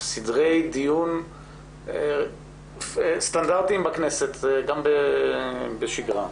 בסדרי דיון סטנדרטיים בכנסת, גם בשגרה.